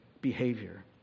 behavior